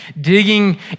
digging